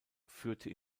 führte